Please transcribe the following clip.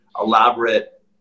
elaborate